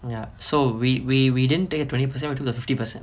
ya so we we we didn't take twenty percent we took the fifty percent